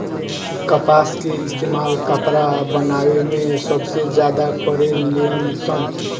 कपास के इस्तेमाल कपड़ा बनावे मे सबसे ज्यादा करे लेन सन